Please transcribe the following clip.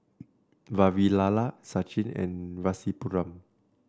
Vavilala Sachin and Rasipuram